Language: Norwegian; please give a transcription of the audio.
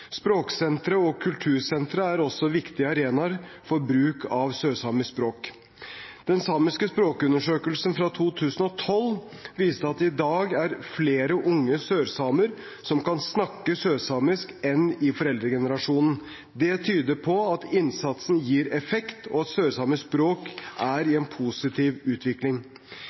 Språksentre og kultursentre er også viktige arenaer for bruk av sørsamisk språk. Den samiske språkundersøkelsen fra 2012 viste at det i dag er flere unge sørsamer som kan snakke sørsamisk, enn i foreldregenerasjonen. Det tyder på at innsatsen gir effekt, og at sørsamisk språk er i en positiv utvikling.